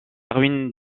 ruine